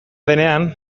denean